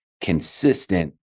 consistent